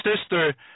sister